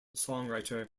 songwriter